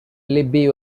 libby